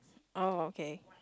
oh okay